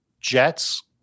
Jets